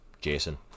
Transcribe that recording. jason